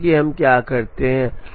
देखें कि हम क्या करते हैं